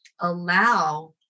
allow